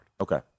Okay